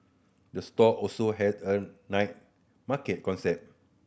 the store also has a night market concept